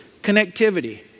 connectivity